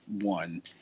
one